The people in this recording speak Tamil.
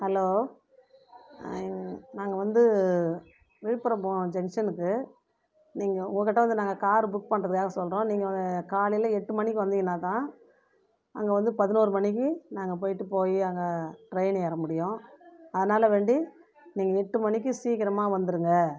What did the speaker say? ஹலோ நாங்கள் வந்து விழுப்புரம் போகணும் ஜங்ஷனுக்கு நீங்கள் உங்ககிட்ட வந்து நாங்கள் கார் புக் பண்ணுறதுக்காக சொல்கிறோம் நீங்கள் காலையில் எட்டு மணிக்கு வந்தீங்கன்னா தான் அங்கே வந்து பதினோரு மணிக்கு நாங்கள் போயிட்டு போய் அங்கே ட்ரெயின் ஏற முடியும் அதனால் வேண்டி நீங்கள் எட்டு மணிக்கு சீக்கிரமாக வந்துருங்கள்